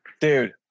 Dude